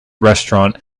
restaurant